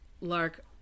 Lark